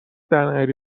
درنیاری